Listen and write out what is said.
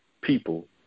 people